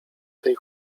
tej